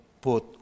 put